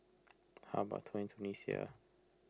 how about Tunisia